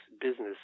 Business